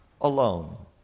alone